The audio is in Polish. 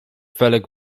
felek